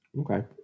Okay